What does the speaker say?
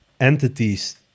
entities